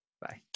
Bye